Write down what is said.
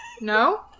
No